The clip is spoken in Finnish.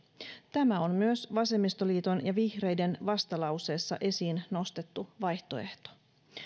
tämä on myös vasemmistoliiton ja vihreiden vastalauseessa esiin nostettu vaihtoehto